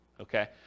Okay